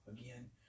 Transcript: again